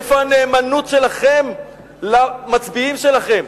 איפה הנאמנות שלכם למצביעים שלכם?